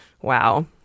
Wow